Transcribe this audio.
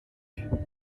league